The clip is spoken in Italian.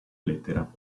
lettera